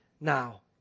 now